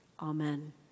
Amen